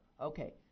Okay